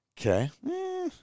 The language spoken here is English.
Okay